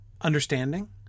understanding